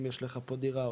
אם יש לך פה דירה,